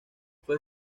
fue